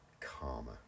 karma